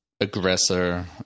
aggressor